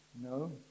No